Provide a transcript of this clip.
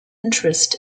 interest